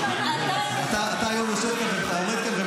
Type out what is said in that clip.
--- לא הבנתי, הוצאת אותה.